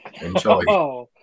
Enjoy